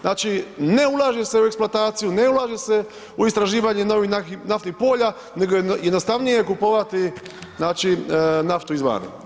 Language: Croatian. Znači ne ulaže se u eksploataciju, ne ulaže se u istraživanje novih naftnih polja nego je jednostavnije kupovati naftu izvana.